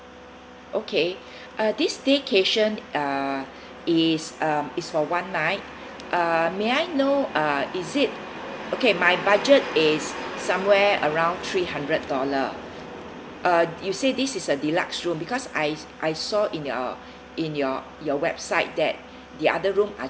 okay uh this staycation uh is uh is for one night uh may I know uh is it okay my budget is somewhere around three hundred dollar uh you say this is a deluxe room because I I saw in your in your your website that the other room are